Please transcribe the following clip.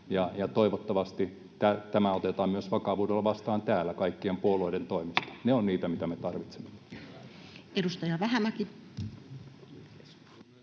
Toivottavasti tämä otetaan myös vakavuudella vastaan täällä kaikkien puolueiden toimesta. Ne ovat niitä, mitä me tarvitsemme.